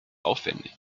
aufwendig